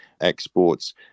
exports